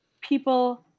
people